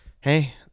hey